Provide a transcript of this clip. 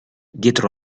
dietro